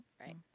right